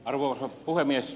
arvoisa puhemies